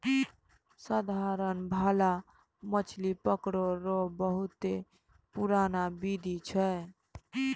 साधारण भाला मछली पकड़ै रो बहुते पुरनका बिधि छिकै